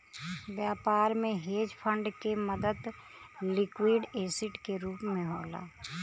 व्यापार में hedge fund के मदद लिक्विड एसिड के रूप होला